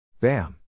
Bam